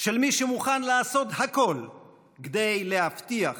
של מי שמוכן לעשות הכול כדי להבטיח